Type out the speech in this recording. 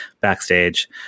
backstage